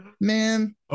man